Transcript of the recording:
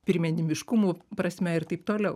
pirmenybiškumų prasme ir taip toliau